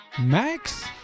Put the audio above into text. Max